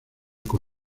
con